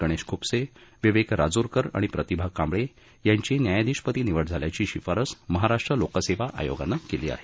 गणेश ख्रपसे विवेक राजूरकर आणि प्रतिभा कांबळे यांची न्यायाधीशपदी निवड झाल्याची शिफारस महाराष्ट्र लोकसेवा आयोगानं केली आहे